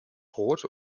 rot